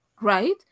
right